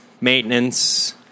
maintenance